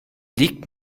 liegt